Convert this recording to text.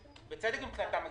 בצדק מבחינתם,